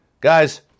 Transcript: Guys